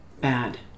Bad